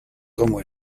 como